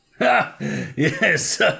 Yes